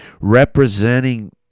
representing